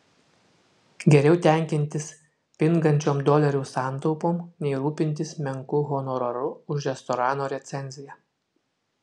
geriau tenkintis pingančiom dolerių santaupom nei rūpintis menku honoraru už restorano recenziją